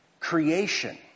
Creation